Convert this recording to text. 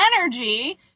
energy